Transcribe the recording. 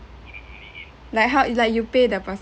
like how like you pay the pers~